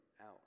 out